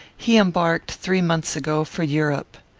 he embarked, three months ago, for europe.